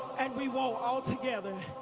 and we won't. altogether.